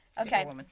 okay